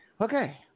Okay